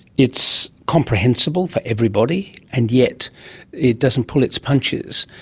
it's comprehensible for everybody and yet it doesn't pull its punches.